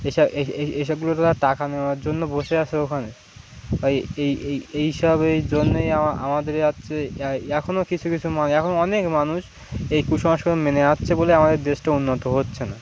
এসব এসবগুলো তারা টাকা নেওয়ার জন্য বসে আসে ওখানে এইসব এই জন্যেই আমাদের আছে এখনও কিছু কিছু মানুষ এখন অনেক মানুষ এই কুসংস্কার মেনে আচ্ছে বলে আমাদের দেশটা উন্নত হচ্ছে না